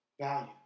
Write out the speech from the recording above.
value